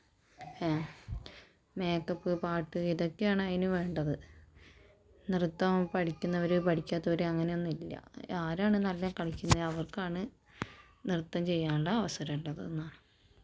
makeup പാട്ട് ഇതൊക്കെയാണ് അതിന് വേണ്ടത് നൃത്തം പഠിക്കുന്നവര് പഠിക്കാത്തവര് അങ്ങനെയൊന്നും ഇല്ല ആരാണ് നല്ല കളിക്കുന്നത് അവർക്കാണ് നൃത്തം ചെയ്യാനുള്ള അവസരം ഉള്ളത് എന്ന്